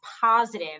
positive